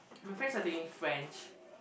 my friends are taking French